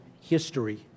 history